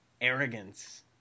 arrogance